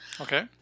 Okay